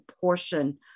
portion